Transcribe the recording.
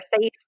safe